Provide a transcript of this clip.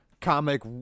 comic